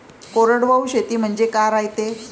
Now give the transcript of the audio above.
कोरडवाहू शेती म्हनजे का रायते?